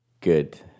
good